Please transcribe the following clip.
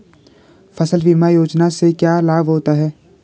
फसल बीमा योजना से क्या लाभ होता है?